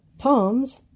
Tom's